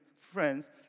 friends